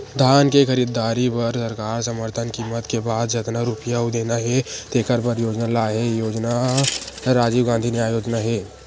धान के खरीददारी बर सरकार समरथन कीमत के बाद जतना रूपिया अउ देना हे तेखर बर योजना लाए हे योजना राजीव गांधी न्याय योजना हे